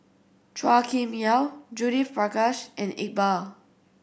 Chua Kim Yeow Judith Prakash and Iqbal